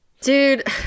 dude